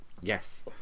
yes